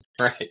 Right